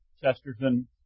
Chesterton